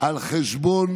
על חשבון